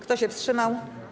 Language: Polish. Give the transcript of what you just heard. Kto się wstrzymał?